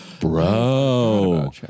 bro